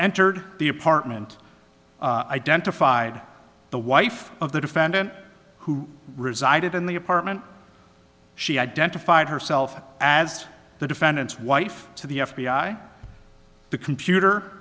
entered the apartment identified the wife of the defendant who resided in the apartment she identified herself as the defendant's wife to the f b i the computer